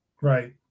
Right